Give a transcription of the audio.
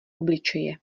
obličeje